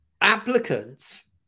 applicants